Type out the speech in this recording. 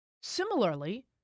Similarly